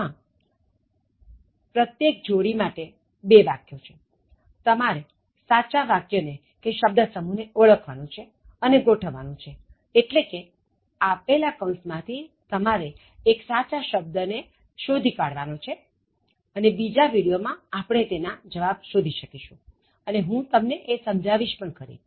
આમાં પ્રત્યેક જોડી માટે બે વાક્યો છે તમારે સાચા વાક્ય ને ઓળખવાનું છે અને ગોઠવવાનું છે એટલે કે આપેલા કૌસ માં થી તમારે એક સાચા શબ્દ ને શોધી કાઢવા નો છે અને બીજા વિડિયો માં આપણે તેના જવાબ શોધી શકીશું અને હું તમને એ સમજાવીશ પણ ખરી